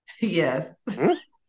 Yes